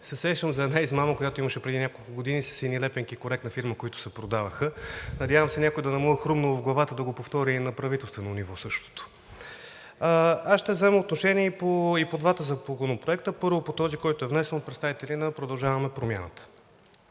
сещам за една измама, която имаше преди няколко години с едни лепенки „Коректна фирма“, които се продаваха. Надявам се на някого да не му е хрумнало в главата да го повтори и на правителствено ниво същото. Аз ще взема отношение и по двата законопроекта. Първо по този, който е внесен от представители на „Продължаваме Промяната“.